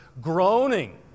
groaning